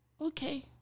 okay